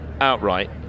outright